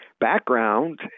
background